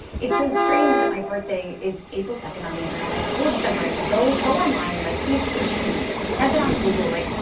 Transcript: it's so strange that my birthday is april second on the internet. i told someone. i said, go go online and, like, see if you can change this. it says it on google. like,